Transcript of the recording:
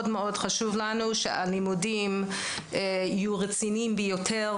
מאוד מאוד חשוב לנו שהלימודים יהיו רציניים ביותר,